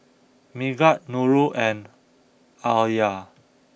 Megat Nurul and Alya